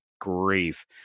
grief